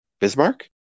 Bismarck